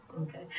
Okay